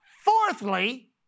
Fourthly